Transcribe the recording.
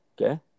okay